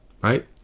right